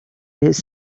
his